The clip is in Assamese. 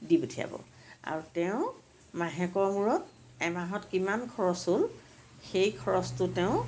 দি পঠিয়াব আৰু তেওঁ মাহেকৰ মূৰত এমাহত কিমান খৰচ হ'ল সেই খৰচটো তেওঁ